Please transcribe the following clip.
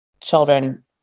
children